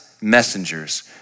messengers